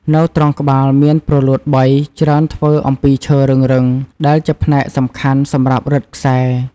នៅត្រង់ក្បាលមានព្រលួតបី ច្រើនធ្វើអំពីឈើរឹងៗ ដែលជាផ្នែកសំខាន់សម្រាប់រឹតខ្សែ។